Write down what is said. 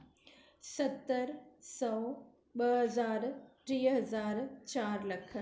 सतरि सौ ॿ हज़ार टीह हज़ार चारि लखु